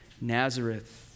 Nazareth